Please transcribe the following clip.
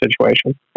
situation